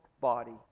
body